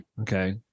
Okay